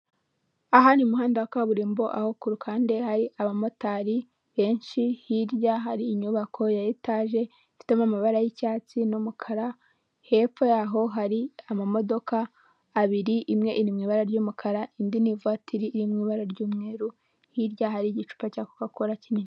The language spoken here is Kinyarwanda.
Aha ni mu muhanda wa kaburimbo aho ku ruhande hari abamotari benshi hirya hari inyubako ya etaje ifitemo amabara y'icyatsi n'umukara, hepfo yaho hari amamodoka abiri imwe iriw ibara ry'umukara indi ni ivatiri iri mu ibara ry'umweru hirya hari igicupa cya koka kola kinini.